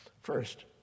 First